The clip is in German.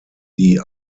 die